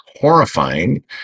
horrifying